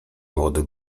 młody